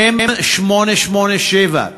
מ/887,